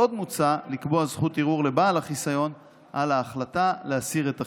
עוד מוצע לקבוע זכות ערעור לבעל החיסיון על ההחלטה להסיר את החיסיון.